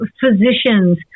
physicians